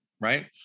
Right